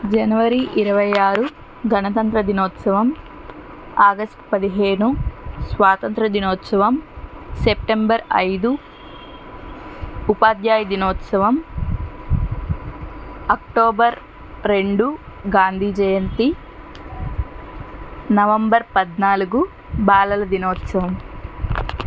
జనవరి ఇరవై ఆరు గణతంత్ర దినోత్సవం ఆగస్టు పదిహేను స్వాతంత్ర దినోత్సవం సెప్టెంబర్ ఐదు ఉపాధ్యాయ దినోత్సవం అక్టోబర్ రెండు గాంధీ జయంతి నవంబర్ పద్నాలుగు బాలల దినోత్సవం